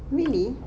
really